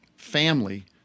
family